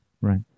right